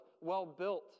well-built